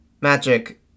Magic